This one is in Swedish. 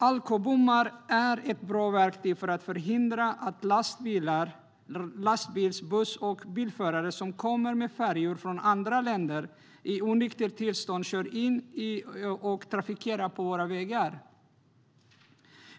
Alkobommar är ett bra verktyg för att förhindra att lastbils-, buss-, och bilförare som kommer med färjor från andra länder i onyktert tillstånd kör in på och trafikerar våra vägar.